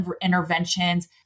interventions